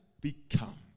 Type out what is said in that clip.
become